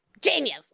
Genius